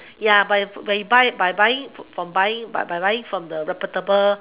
ya but you but you buy buying from buying but by buying from the reputable